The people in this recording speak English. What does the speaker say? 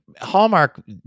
hallmark